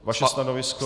Vaše stanovisko?